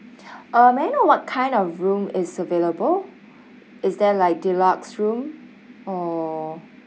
uh may I know what kind of room is available is there like deluxe room or